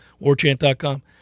warchant.com